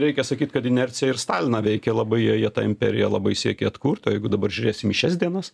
reikia sakyt kad inercija ir staliną veikė labai jie jie tą imperiją labai siekė atkurt o jeigu dabar žiūrėsim į šias dienas